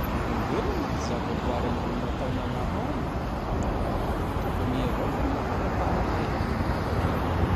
Ty olombelogne ty zava-boary ambony natao-Nagnahary. Tokony i avao zany lahara-pahameha.